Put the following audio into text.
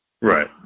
right